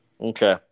Okay